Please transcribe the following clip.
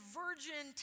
virgin